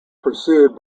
pursued